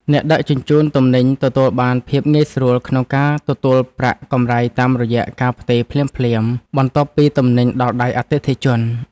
អ្នកដឹកជញ្ជូនទំនិញទទួលបានភាពងាយស្រួលក្នុងការទទួលប្រាក់កម្រៃតាមរយៈការផ្ទេរភ្លាមៗបន្ទាប់ពីទំនិញដល់ដៃអតិថិជន។